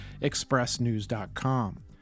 expressnews.com